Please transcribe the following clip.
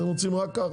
אתם רוצים רק ככה,